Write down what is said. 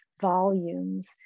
volumes